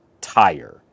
tire